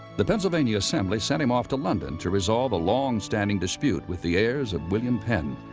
the pennsylvania assembly sent him off to london to resolve a long standing dispute with the heirs of william penn,